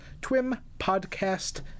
twimpodcast